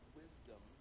wisdom